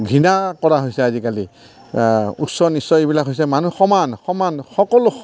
ঘৃণা কৰা হৈছে আজিকালি উচ্চ নীচ্চ এইবিলাক হৈছে মানুহে সমান সমান সকলো